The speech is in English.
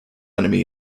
enemy